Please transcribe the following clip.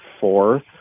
fourth